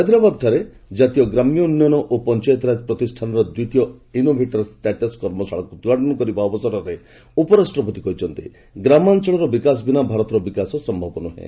ହାଇଦେରାବାଦରେ କାତୀୟ ଗ୍ରାମ୍ୟ ଉନ୍ନୟନ ଓ ପଞ୍ଚାୟତିରାଜ ପ୍ରତିଷ୍ଠାନର ଦ୍ୱିତୀୟ ଇନୋଭେଟର୍ ଷ୍ଟାଟସ୍ କର୍ମଶାଳାକୁ ଉଦ୍ଘାଟନ କରିବା ଅବସରରେ ଉପରାଷ୍ଟ୍ରପତି କହିଛନ୍ତି ଗ୍ରାମାଞ୍ଚଳର ବିକାଶ ବିନା ଭାରତର ବିକାଶ ସମ୍ଭବ ନୁହେଁ